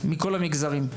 מכל המגזרים,